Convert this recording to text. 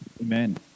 amen